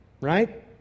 right